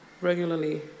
regularly